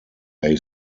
they